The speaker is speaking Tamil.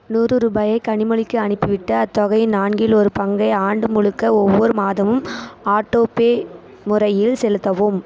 நூறு ரூபாயை கனிமொழிக்கி அனுப்பிவிட்டு அத்தொகையின் நான்கில் ஒரு பங்கை ஆண்டு முழுக்க ஒவ்வொரு மாதமும் ஆட்டோபே முறையில் செலுத்தவும்